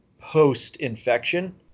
post-infection